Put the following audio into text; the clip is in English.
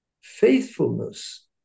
faithfulness